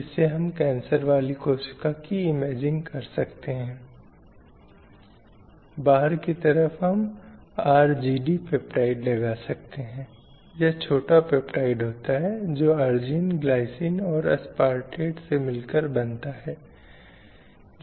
media की इस लैंगिक समाजीकरण की प्रक्रिया में बहुत महत्वपूर्ण और गहन भूमिका है जैसा कि मैंने विज्ञापनों के संदर्भ में फिल्मों के संदर्भ में कई उदाहरण लिए हैं